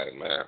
Man